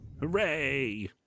Hooray